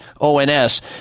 ONS